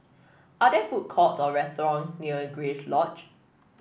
are there food courts or restaurant near Grace Lodge